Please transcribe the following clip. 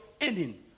ending